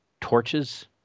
torches